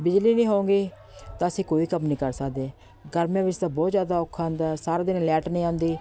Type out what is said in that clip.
ਬਿਜਲੀ ਨਹੀਂ ਹੋਏਗੀ ਤਾਂ ਅਸੀਂ ਕੋਈ ਕੰਮ ਨਹੀਂ ਕਰ ਸਕਦੇ ਗਰਮੀ ਵਿੱਚ ਤਾਂ ਬਹੁਤ ਜ਼ਿਆਦਾ ਔਖਾ ਹੁੰਦਾ ਹੈ ਸਾਰਾ ਦਿਨ ਲੈਟ ਨਹੀਂ ਆਉਂਦੀ